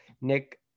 Nick